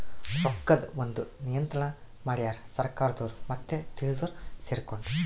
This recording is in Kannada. ರೊಕ್ಕದ್ ಒಂದ್ ನಿಯಂತ್ರಣ ಮಡ್ಯಾರ್ ಸರ್ಕಾರದೊರು ಮತ್ತೆ ತಿಳ್ದೊರು ಸೆರ್ಕೊಂಡು